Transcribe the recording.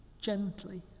gently